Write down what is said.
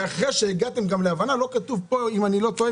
ואחרי שהגעתם גם להבנה לא כתוב פה אם אני לא טועה,